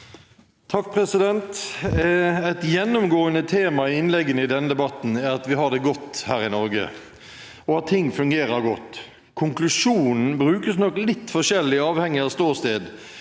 (H) Et gjennomgående tema i innleggene i denne debatten er at vi har det godt her i Norge, og at ting fungerer godt. Konklusjonen brukes nok litt forskjellig avhengig av ståsted,